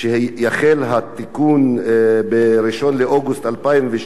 שיחל התיקון ב-1 באוגוסט 2012,